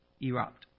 erupt